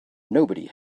nobody